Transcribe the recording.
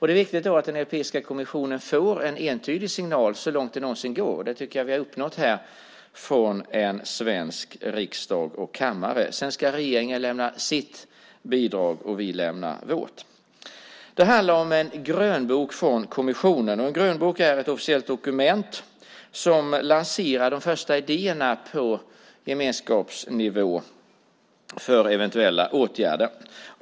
Det är viktigt att Europeiska kommissionen får en entydig signal så långt det någonsin går. Det tycker jag att vi har uppnått här från den svenska riksdagen och kammaren. Regeringen ska sedan lämna sitt bidrag och vi lämna vårt. Det handlar om en grönbok från kommissionen. En grönbok är ett officiellt dokument som lanserar de första idéerna på gemenskapsnivå för eventuella åtgärder.